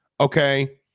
okay